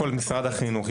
קודם כל משרד החינוך.